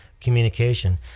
communication